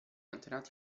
antenati